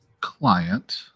client